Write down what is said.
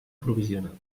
provisional